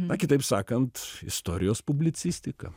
na kitaip sakant istorijos publicistika